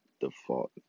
default